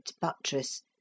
buttress